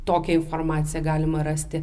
tokią informaciją galima rasti